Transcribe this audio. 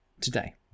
today